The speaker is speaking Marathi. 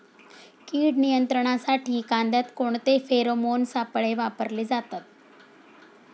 कीड नियंत्रणासाठी कांद्यात कोणते फेरोमोन सापळे वापरले जातात?